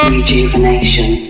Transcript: Rejuvenation